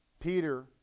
Peter